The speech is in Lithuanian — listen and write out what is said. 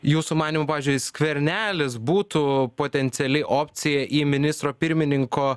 jūsų manymu pavyzdžiui skvernelis būtų potenciali opcija į ministro pirmininko